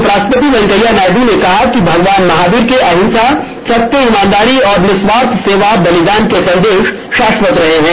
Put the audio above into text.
उपराष्ट्रपति वेंकैया नायडू ने कहा कि भगवान महावीर के अंहिसा सत्य ईमानदारी निस्वार्थ सेवा और बलिदान के संदेश शाश्वत रहे हैं